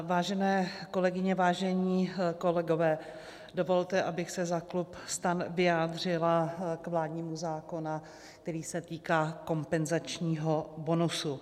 Vážené kolegyně, vážení kolegové, dovolte, abych se za klub STAN vyjádřila k vládnímu návrhu zákona, který se týká kompenzačního bonusu.